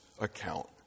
account